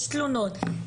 יש תלונות,